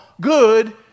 good